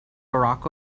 barack